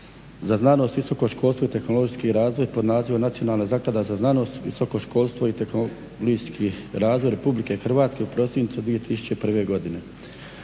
za znanost, visoko školstvo i tehnologijski razvoj pod nazivom Nacionalna zaklada za znanost, visoko školstvo i tehnologijski razvoj RH u prosincu 2001. godine.